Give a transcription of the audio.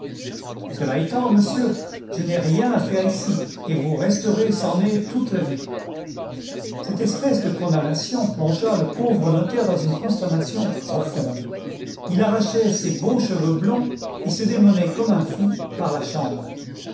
cela étant monsieur je n'ai rien à faire ici et vous resterez sans nez toute la vie cette espèce de condamnation plongea le pauvre notaire dans une consternation profonde il arrachait ses beaux cheveux blonds et se démenait comme un fou par la chambre